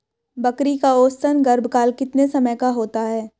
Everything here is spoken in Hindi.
बकरी का औसतन गर्भकाल कितने समय का होता है?